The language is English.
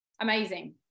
amazing